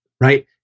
right